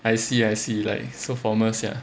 I see I see like so formal sia